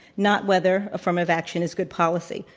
not whether affirmative action is good policy.